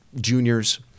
juniors